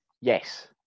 yes